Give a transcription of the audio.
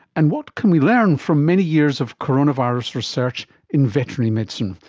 and what can we learn from many years of coronavirus research in veterinary medicine?